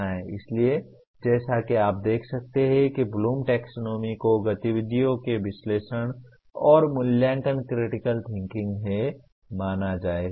इसलिए जैसा कि आप देख सकते हैं कि ब्लूम टैक्सोनॉमी को गतिविधियों के विश्लेषण और मूल्यांकन क्रिटिकल थिंकिंग हैं माना जाएगा